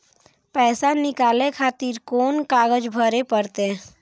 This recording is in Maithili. पैसा नीकाले खातिर कोन कागज भरे परतें?